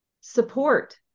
support